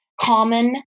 common